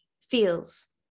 feels